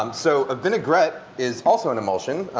um so a vinaigrette is also an emulsion,